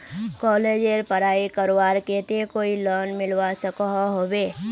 कॉलेजेर पढ़ाई करवार केते कोई लोन मिलवा सकोहो होबे?